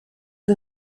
des